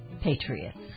patriots